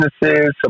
businesses